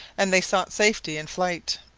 and they sought safety in flight.